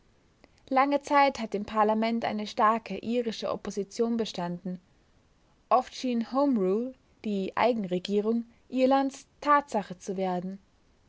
lange zeit hat im parlament eine starke irische opposition bestanden oft schien homerule die eigenregierung irlands tatsache zu werden